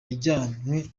yajyanwe